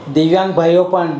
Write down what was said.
દિવ્યાંગ ભાઈઓ પણ